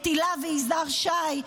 את הילה ויזהר שי,